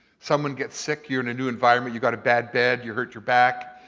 someone gets sick. you're in a new environment. you've got a bad bed. you hurt your back.